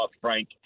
Frank